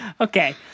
Okay